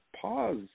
pause